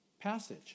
passage